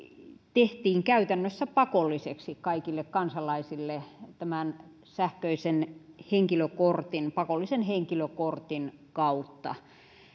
tehtiin käytännössä pakolliseksi kaikille kansalaisille tämän sähköisen henkilökortin pakollisen henkilökortin kautta